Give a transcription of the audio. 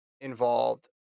involved